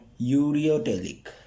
ureotelic